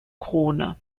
krone